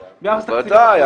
בוודאי,